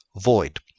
void